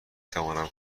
توانم